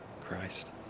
Christ